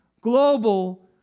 global